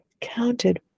counted